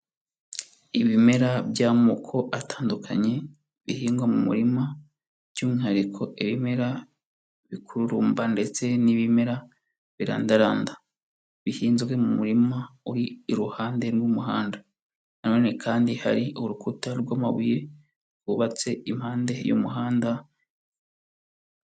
Ibimera by'amoko atandukanye bihingwa mu murima by'umwihariko ibimera bikururumba ndetse n'ibimera birandaranda, bihinzwe mu murima uri iruhande rw'umuhanda. Nanone kandi hari urukuta rw'amabuye rwubatse impande y'umuhanda.